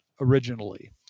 originally